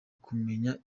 kumenya